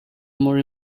more